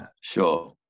sure